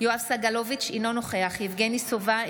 יואב סגלוביץ' אינו נוכח יבגני סובה,